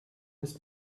ist